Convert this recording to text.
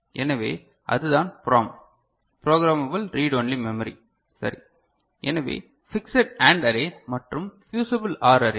எனவே அதுதான் PROM programmable read only memory சரி எனவே ஃபிக்ஸட் AND அரே மற்றும் பியூசிபிள் OR அரே